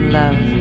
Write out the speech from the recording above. love